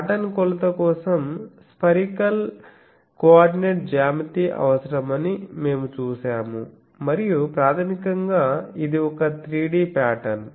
pattern కొలత కోసం spherical coordinate జ్యామితి అవసరమని మేము చూశాము మరియు ప్రాథమికంగా ఇది ఒక 3D పాటర్న్